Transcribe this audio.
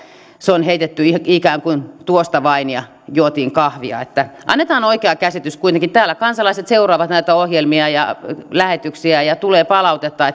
se on heitetty ikään kuin tuosta vain ja juotu kahvia annetaan oikea käsitys kuitenkin täällä kansalaiset seuraavat näitä ohjelmia ja lähetyksiä ja tulee palautetta